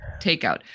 takeout